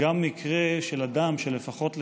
שאילתות דחופות.